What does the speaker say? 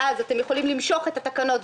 ואז אתם יכולים למשוך את התקנות,